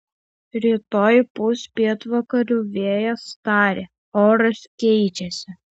rytoj pūs pietvakarių vėjas tarė oras keičiasi